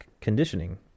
conditioning